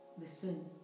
Listen